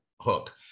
hook